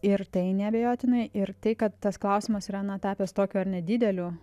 ir tai neabejotinai ir tai kad tas klausimas yra na tapęs tokiu ar ne dideliu